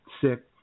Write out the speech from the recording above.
sick